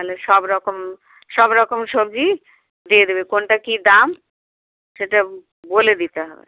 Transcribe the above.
তাহলে সব রকম সব রকম সবজি দিয়ে দেবে কোনটা কী দাম সেটা বলে দিতে হবে